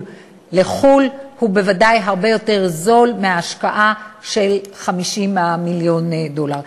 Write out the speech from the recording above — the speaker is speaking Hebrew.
בחו"ל הוא בוודאי הרבה יותר זול מההשקעה של 50 מיליון דולר.